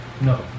no